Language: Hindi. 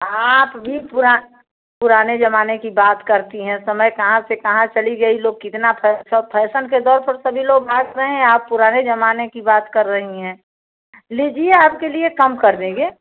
आप भी पूरा पुराने ज़माने की बात करती हैं समय कहाँ से कहाँ चली गई लोग कितना फैश फैसन के दौर पर सभी लोग नाच रहे हैं आप पुराने ज़माने की बात कर रही हैं लीजिए आपके लिए कम कर देंगे